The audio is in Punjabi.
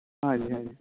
ਹਾਂਜੀ ਹਾਂਜੀ